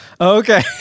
okay